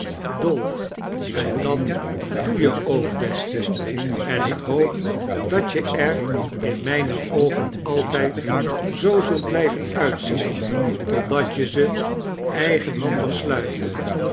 dolf en dat doe je ook beste en ik hoop dat je er in mijne oogen altijd zoo zult blijven uitzien totdat je ze eigenhandig sluit